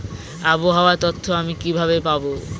আবহাওয়ার তথ্য আমি কিভাবে পাবো?